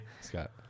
Scott